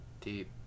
deep